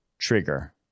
trigger